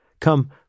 Come